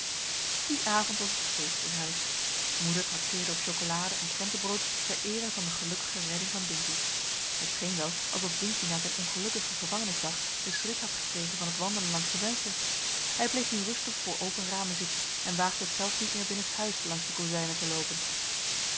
dien avond was het feest in huis moeder trakteerde op chocolade en krentenbrood ter eere van de gelukkige redding van dinkie het scheen wel alsof dinkie na zijn ongelukkigen gevangenisdag den schrik had gekregen van het wandelen langs de vensters hij bleef nu rustig voor open ramen zitten en waagde het zelfs niet meer binnenshuis langs de kozijnen te loopen